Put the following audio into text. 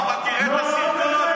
אבל תראה את הסרטון.